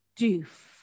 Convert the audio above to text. doof